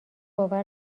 باور